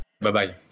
Bye-bye